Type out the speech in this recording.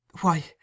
Why